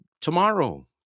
tomorrow